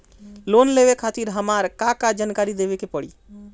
Loan लेवे खातिर हमार का का जानकारी देवे के पड़ी?